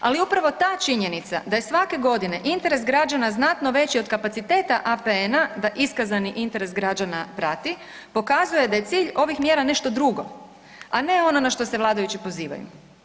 Ali upravo ta činjenica da je svake godine interes građana znatno veći od kapaciteta APN-a, da iskazani interes građana prati, pokazao je da je cilj ovih mjera nešto drugo, a ne ono na što se vladajući pozivaju.